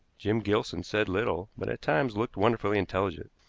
jim gilson said little, but at times looked wonderfully intelligent.